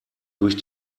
durch